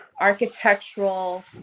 architectural